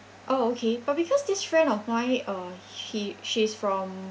oh okay but because this friend of mine uh he she's from